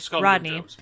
Rodney